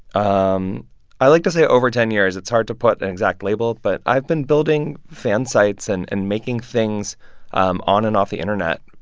um i like to say over ten years. it's hard to put an exact label, but i've been building fan sites and and making things um on and off the internet,